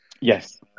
Yes